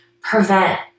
prevent